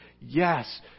yes